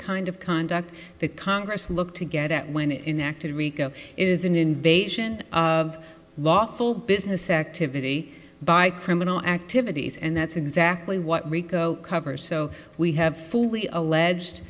kind of conduct that congress look to get at when it interacted rico is an invasion of lawful business activity by criminal activities and that's exactly what rico covers so we have fully alleged